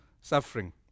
suffering